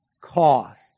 cost